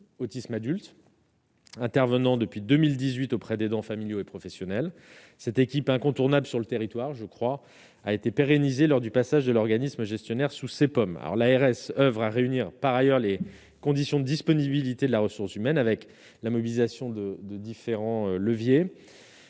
autisme adulte. Intervenant depuis 2018 auprès d'aidants familiaux et professionnels, cette équipe incontournable sur le territoire, je crois, a été pérennisé lors du passage de l'organisme gestionnaire sous ses pommes alors l'ARS, oeuvre à réunir par ailleurs les conditions disponibilité de la ressource humaine avec la mobilisation de de différents leviers